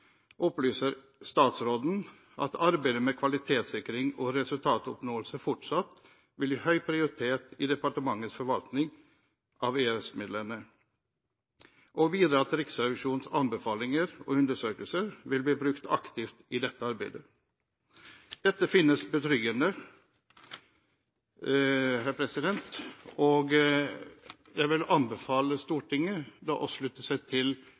opplyser statsråden at arbeidet med kvalitetssikring og resultatoppnåelse fortsatt vil gis høy prioritet i departementets forvaltning av EØS-midlene, og videre at Riksrevisjonens anbefalinger og undersøkelse vil bli brukt aktivt i dette arbeidet. Dette finner jeg betryggende, og jeg vil anbefale Stortinget å slutte seg til